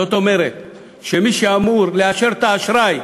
זאת אומרת שמי שאמור לאשר את האשראי